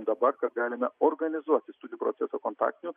dabar kad galime organizuoti studijų procesą kontaktiniu